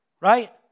Right